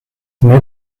née